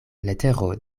letero